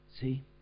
See